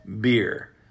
Beer